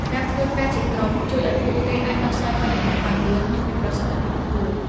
ការធ្វើការជាក្រុមជួយឲ្យពួកគេអាច ដោះស្រាយបញ្ហាបានលឿន និងមានប្រសិទ្ធភាពខ្ពស់។